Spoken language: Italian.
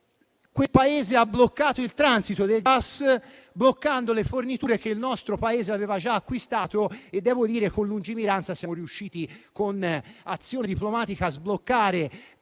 quel Paese ha bloccato il transito del gas, bloccando le forniture che il nostro Paese aveva già acquistato. Devo dire che con lungimiranza siamo riusciti, con un'azione diplomatica, a sbloccare